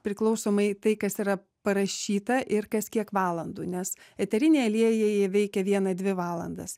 priklausomai tai kas yra parašyta ir kas kiek valandų nes eteriniai aliejai veikia vieną dvi valandas